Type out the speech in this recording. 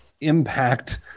impact